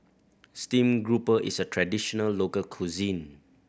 stream grouper is a traditional local cuisine